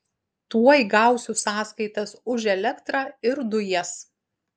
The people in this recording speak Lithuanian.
tuoj gausiu sąskaitas už elektrą ir dujas